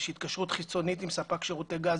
יש התקשרות חיצונית עם ספק שירותי גז,